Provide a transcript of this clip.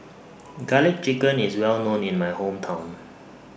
Garlic Chicken IS Well known in My Hometown